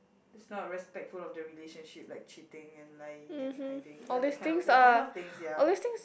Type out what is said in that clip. that's not respectful of the relationship like cheating and lying and hiding ya that kind of that kind of things ya